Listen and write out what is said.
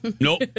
nope